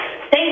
Thank